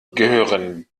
gehören